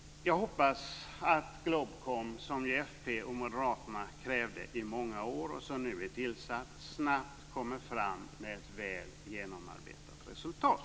Jag hoppas att GLOB KOM, som ju Folkpartiet och Moderaterna krävde i många år och som nu är tillsatt, snabbt kommer fram med ett väl genomarbetat resultat.